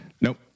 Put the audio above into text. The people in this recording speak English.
Nope